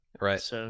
Right